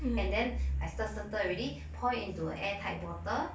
and then I stir stir stir already pour it into an air tight bottle